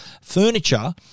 furniture